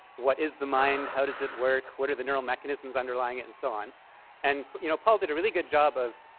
what is the mind? how does it work? what are the neural mechanisms underlying it? and so on and you know, paul did a really good job of